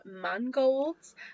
mangolds